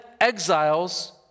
exiles